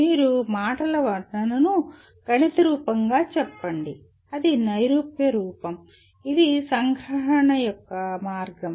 మీరు మాటల వర్ణనను గణిత రూపంగా చెప్పండి అది నైరూప్య రూపం ఇది సంగ్రహణ యొక్క ఒక మార్గం